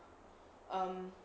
um